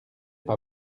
pas